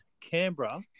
Canberra